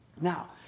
Now